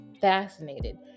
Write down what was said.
fascinated